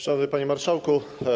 Szanowny Panie Marszałku!